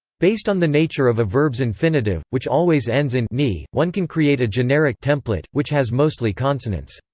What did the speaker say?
based on the nature of a verb's infinitive, which always ends in ni, one can create a generic template, which has mostly consonants.